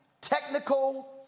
technical